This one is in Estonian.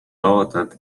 loodud